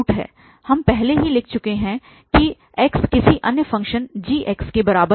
हम पहले ही लिख चुके हैं कि x किसी अन्य फ़ंक्शन g के बराबर है